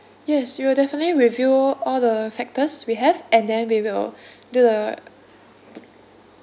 yes we will definitely review all the factors we have and then we will do the